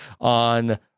on